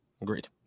agreed